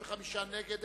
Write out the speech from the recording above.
מי נגד?